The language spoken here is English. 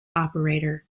operator